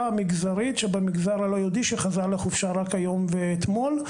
המגזרית שבמגזר הלא-יהודי שחזר לחופשה רק היום ואתמול.